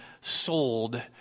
sold